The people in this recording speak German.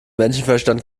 menschenverstand